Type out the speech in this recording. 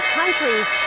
countries